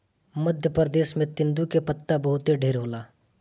मध्य प्रदेश में तेंदू के पत्ता बहुते ढेर होला